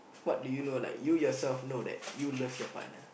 what do you know like you yourself know that you love your partner